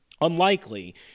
unlikely